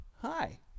Hi